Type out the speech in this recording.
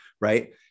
Right